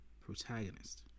protagonist